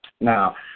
Now